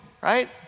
right